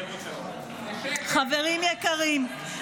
חברים יקרים,